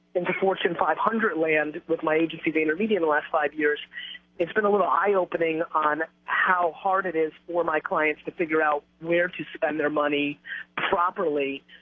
into fortune five hundred land with my agency vaynermedia in the last five years it's been a little eye opening on how hard it is for my clients to figure out where to spend their money properly.